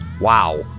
wow